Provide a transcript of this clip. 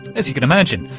as you can imagine,